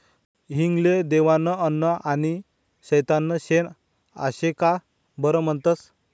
हिंग ले देवनं अन्न आनी सैताननं शेन आशे का बरं म्हनतंस?